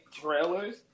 trailers